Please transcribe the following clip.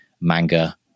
manga